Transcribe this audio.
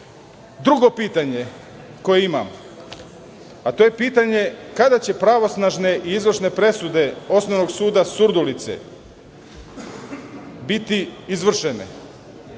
pitanje koje imam, a to je pitanje kada će pravosnažne i izvršne presude Osnovnog suda Surdulice biti izvršene